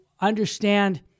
understand